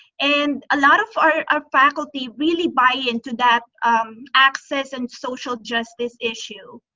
and a lot of our faculty really buy into that access and social justice issue.